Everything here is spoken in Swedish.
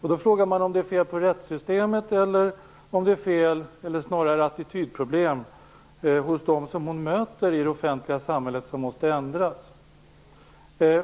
Man frågar sig om det är fel på rättssystemet eller om det snarare är attityden hos dem som kvinnan möter i det offentliga samhället som måste ändras.